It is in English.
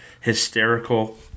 hysterical